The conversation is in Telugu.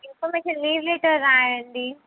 ఇన్ఫర్మేషన్ లీవ్ లెటర్ రాయండి